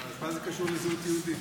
אז מה זה קשור לזהות יהודית?